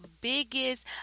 biggest